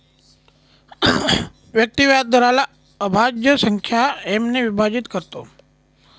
व्यक्ती व्याजदराला अभाज्य संख्या एम ने विभाजित करतो